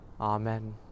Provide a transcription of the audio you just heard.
Amen